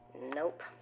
Nope